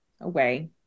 away